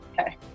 Okay